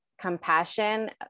compassion